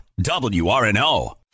WRNO